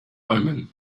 omen